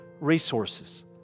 resources